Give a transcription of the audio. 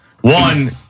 One-